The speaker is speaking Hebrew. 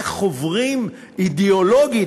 איך חוברים אידיאולוגית,